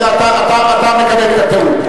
אתה מקבל את התיאום?